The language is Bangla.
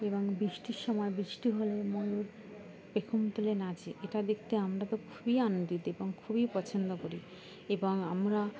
এবং বৃষ্টির সময় বৃষ্টি হলে ময়ূর পেখম তুলে নাচে এটা দেখতে আমরা তো খুবই আনন্দিত এবং খুবই পছন্দ করি এবং আমরা